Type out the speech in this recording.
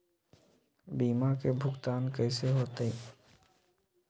बीमा के भुगतान कैसे होतइ?